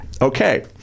okay